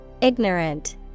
Ignorant